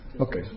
Okay